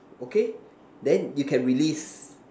okay then you can release